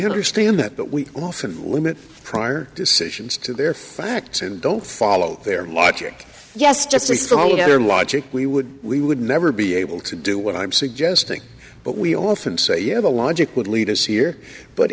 healer stay in that but we often limit prior decisions to their facts and don't follow their logic yes just hold em logic we would we would never be able to do what i'm suggesting but we often say yeah the logic would lead us here but